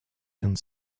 and